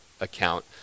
account